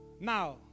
Now